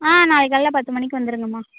ஆ நாளைக்கு காலையில் பத்து மணிக்கு வந்துடுங்கம்மா